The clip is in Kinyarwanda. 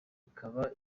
ikaba